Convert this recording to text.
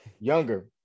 younger